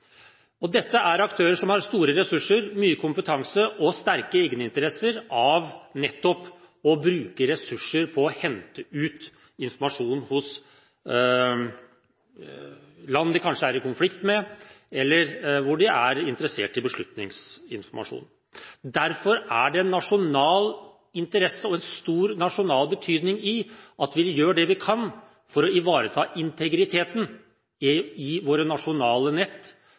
Dette er aktører som har store ressurser, mye kompetanse og sterke egeninteresser i nettopp å bruke ressurser på å hente ut informasjon fra land de kanskje er i konflikt med, eller som de er interessert i beslutningsinformasjon fra. Derfor er det av nasjonal interesse og av stor nasjonal betydning at vi gjør det vi kan for å ivareta integriteten i våre nasjonale nett